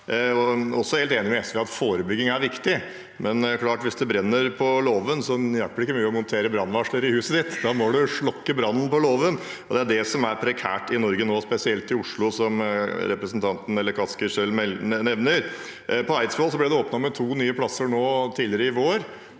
Jeg er også helt enig med SV i at forebygging er viktig, men hvis det brenner på låven, hjelper det ikke mye å montere brannvarsler i huset, da må man slokke brannen på låven. Det er det som er prekært i Norge nå, spesielt i Oslo, som representanten Kaski selv nevner. På Eidsvoll ble det åpnet to nye plasser nå tidligere i vår.